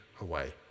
away